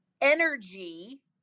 energy